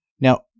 Now